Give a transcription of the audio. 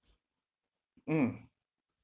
mm